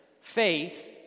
faith